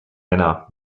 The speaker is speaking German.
männer